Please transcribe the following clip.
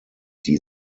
die